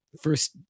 first